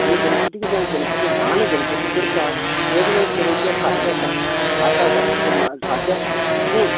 आनी गणपती कितें गणपती ल्हान गणपती करपाक वेग वेगळे तरेचे साचे आसात हात आसा साचे आसता पूण